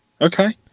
Okay